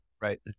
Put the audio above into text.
right